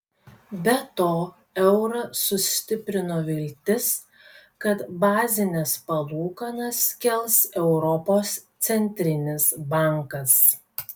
be to eurą sustiprino viltis kad bazines palūkanas kels europos centrinis bankas